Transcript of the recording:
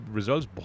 results